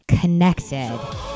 connected